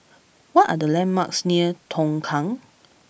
what are the landmarks near Tongkang